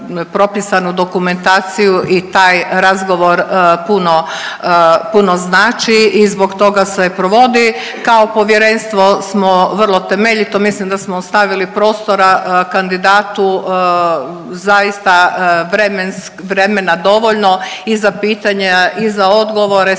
dokumentaciju i taj razgovor puno, puno znači i zbog toga se provodi. Kao povjerenstvo smo vrlo temeljito, mislim da smo ostavili prostora kandidatu zaista vremenski, vremena dovoljno i za pitanja i za odgovore